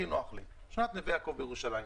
שכונת נווה יעקב בירושלים,